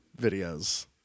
videos